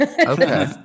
Okay